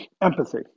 Empathy